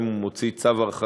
גם אם הוא מוציא צו הרחקה,